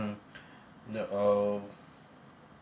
um the uh